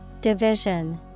Division